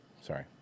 Sorry